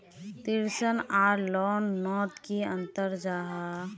ऋण आर लोन नोत की अंतर जाहा?